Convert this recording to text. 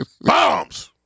Bombs